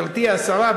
גברתי השרה,